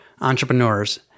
entrepreneurs